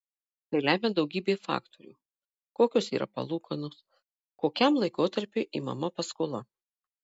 tai lemia daugybė faktorių kokios yra palūkanos kokiam laikotarpiui imama paskola